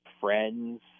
friends